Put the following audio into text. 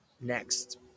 next